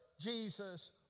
Jesus